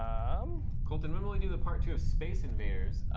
um colton, when will we do the part two of space invaders?